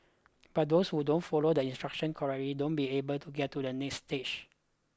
but those who don't follow the instructions correctly don't be able to get to the next stage